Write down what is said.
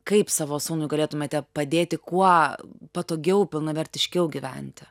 kaip savo sūnui galėtumėte padėti kuo patogiau pilnavertiškiau gyventi